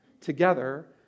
together